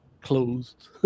closed